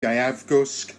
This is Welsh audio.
gaeafgwsg